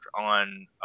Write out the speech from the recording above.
on